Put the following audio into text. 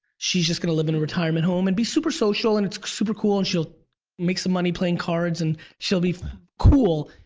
she's just gonna live in a retirement home and be super social, and it's super cool and she'll make some money playing cards and she'll be cool.